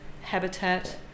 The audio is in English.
habitat